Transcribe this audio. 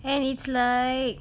and it's like